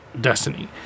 Destiny